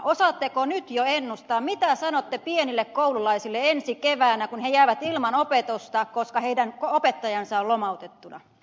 osaatteko nyt jo ennustaa mitä sanotte pienille koululaisille ensi keväänä kun he jäävät ilman opetusta koska heidän opettajansa on lomautettuna